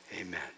Amen